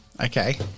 Okay